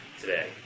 today